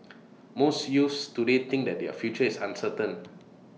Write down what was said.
most youths today think that their future is uncertain